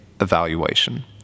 evaluation